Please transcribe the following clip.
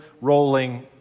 rolling